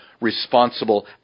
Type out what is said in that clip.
responsible